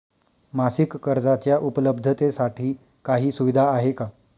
मासिक कर्जाच्या उपलब्धतेसाठी काही सुविधा आहे का?